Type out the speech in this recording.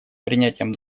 принятием